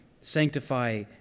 sanctify